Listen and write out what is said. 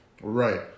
Right